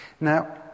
Now